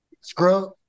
scrub